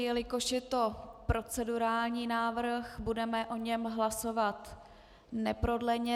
Jelikož je to procedurální návrh, budeme o něm hlasovat neprodleně.